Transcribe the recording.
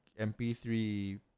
MP3